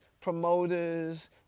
promoters